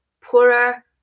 poorer